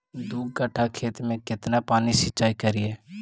दू कट्ठा खेत में केतना पानी सीचाई करिए?